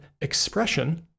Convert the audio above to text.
expression